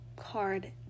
card